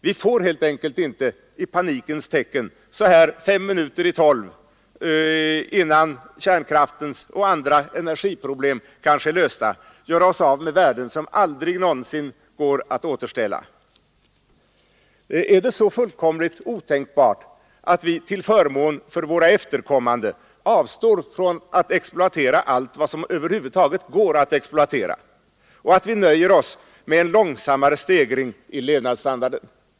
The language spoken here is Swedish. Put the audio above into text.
Vi får helt enkelt inte i panikens tecken så här 5 minuter i 12 innan kärnkraftens och andra energiproblem kanske är lösta göra oss av med värden som aldrig någonsin går att återställa. Är det så fullkomligt otänkbart att vi till förmån för våra efterkommande avstår från att exploatera allt som över huvud taget går att exploatera och att vi nöjer oss med en långsammare stegring i levnadsstandarden?